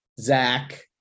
Zach